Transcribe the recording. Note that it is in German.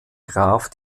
graf